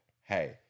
Hey